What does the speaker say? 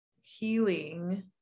healing